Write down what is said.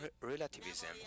relativism